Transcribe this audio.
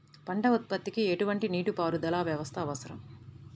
పంట ఉత్పత్తికి ఎటువంటి నీటిపారుదల వ్యవస్థ అవసరం?